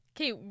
Okay